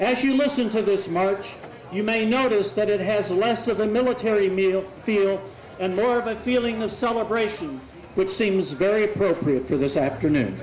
if you listen to this much you may notice that it has less of a military meal feel and more of a feeling of celebration which seems very appropriate for this afternoon